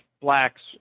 blacks